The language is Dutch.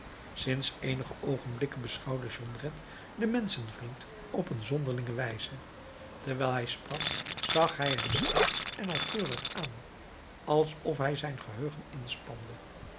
sinds eenige oogenblikken beschouwde jondrette den menschenvriend op een zonderlinge wijze terwijl hij sprak zag hij hem scherp en nauwkeurig aan als of hij zijn geheugen